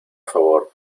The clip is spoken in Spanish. favor